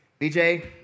BJ